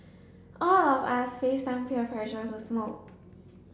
all of us faced some peer pressure to smoke